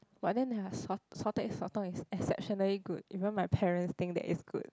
but then their salt salted egg sotong is exceptionally good even my parents think that is good